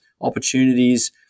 opportunities